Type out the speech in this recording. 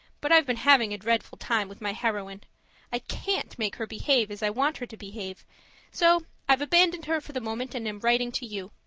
but i've been having a dreadful time with my heroine i can't make her behave as i want her to behave so i've abandoned her for the moment, and am writing to you.